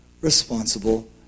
responsible